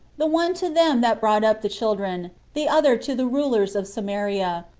the one to them that brought up the children, the other to the rulers of samaria,